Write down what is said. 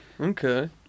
Okay